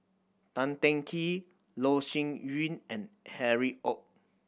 Tan Teng Kee Loh Sin Yun and Harry Ord